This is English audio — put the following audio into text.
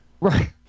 Right